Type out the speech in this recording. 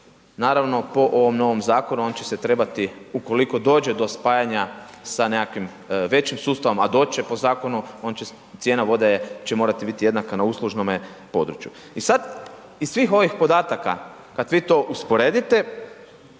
naravno po ovom novom zakonu, on će se trebati ukoliko dođe do spajanja sa nekakvim većim sustavom a doći će po zakonu, cijena vode će morati biti jednaka na uslužnome području. I sad iz svih ovih podataka kad vi to usporedite,